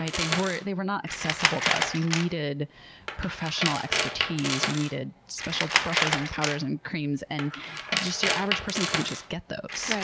they were they were not accessible to us. you needed professional expertise, you needed special brushes, and powders, and creams, and just your average person couldn't just get those.